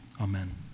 Amen